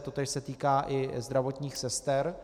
Totéž se týká i zdravotních sester.